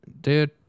dude